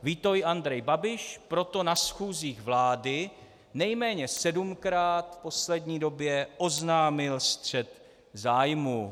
Ví to i Andrej Babiš, proto na schůzích vlády nejméně sedmkrát v poslední době oznámil střet zájmů.